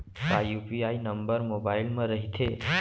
का UPI number mobile म रहिथे?